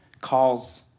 calls